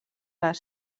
les